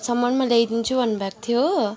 सम्ममा ल्याइदिन्छु भन्नुभएको थियो हो